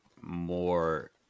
more